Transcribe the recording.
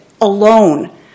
alone